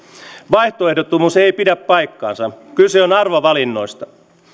vaihtoehdottomuus ei pidä paikkaansa kyse on arvovalinnoista